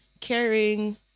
caring